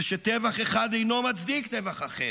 ושטבח אחד אינו מצדיק טבח אחר,